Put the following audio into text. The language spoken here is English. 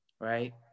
Right